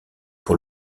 pour